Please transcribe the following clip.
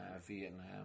vietnam